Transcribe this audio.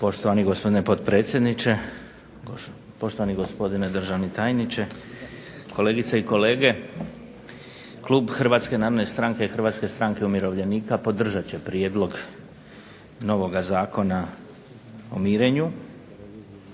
Poštovani gospdine potpredsjedniče, poštovani gospodine državni tajniče, kolegice i kolege. Klub Hrvatske narodne stranke i Hrvatske stranke umirovljenika podržat će prijedlog novoga Zakona o mirenju,